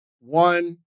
One